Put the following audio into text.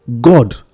God